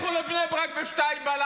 לכו לבני ברק ב-02:00,